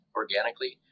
organically